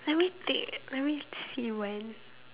let me think let me see when